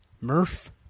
Murph